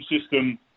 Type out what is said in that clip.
system